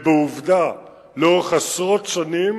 עובדה, לאורך עשרות שנים